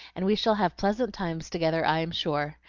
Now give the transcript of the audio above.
and we shall have pleasant times together, i am sure.